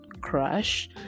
crush